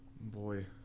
Boy